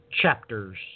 chapters